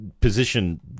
position